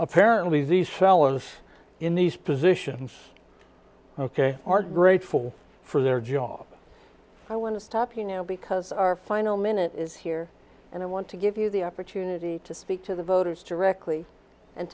apparently these fellows in these positions ok are grateful for their job i want to stop you now because our final minute is here and i want to give you the opportunity to speak to the voters directly and